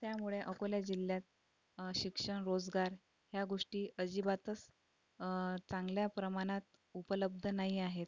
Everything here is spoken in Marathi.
त्यामुळे अकोला जिल्ह्यात शिक्षण रोजगार ह्या गोष्टी अजिबातच चांगल्या प्रमाणात उपलब्ध नाही आहेत